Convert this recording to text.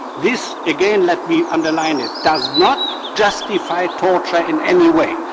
this again, let me underline it, does not justify torture in any way,